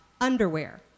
underwear